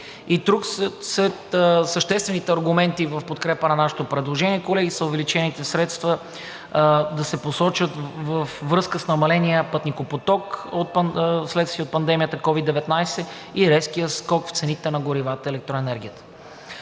сред съществените аргументи в подкрепа на нашето предложение, колеги, е увеличените средства да се посочат във връзка с намаления пътникопоток вследствие от пандемията COVID 19 и резкия скок в цените на горивата и електроенергията.